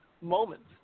moments